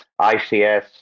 ICS